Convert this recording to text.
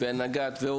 הנוער,